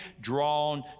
drawn